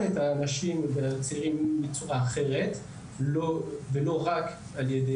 את הצעירים בצורה אחרת ולא רק על ידי